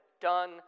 done